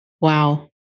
Wow